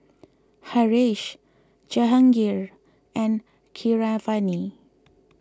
Haresh Jehangirr and Keeravani